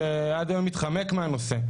שעד היום מתחמק מהנושא,